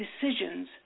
decisions